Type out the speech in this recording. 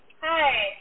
Hi